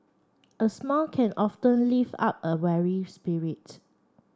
a smile can lift up a weary spirit